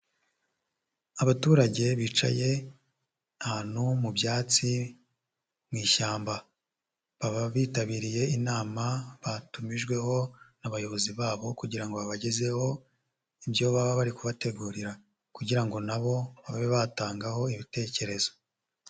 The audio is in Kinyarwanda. Abaturage bicaye ahantu mu byatsi mu ishyamba. Baba bitabiriye inama batumijweho n'abayobozi babo kugira ngo babagezeho ibyo baba bari kubategurira kugira ngo na bo babe batangaho ibitekerezo.